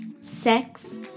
sex